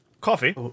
Coffee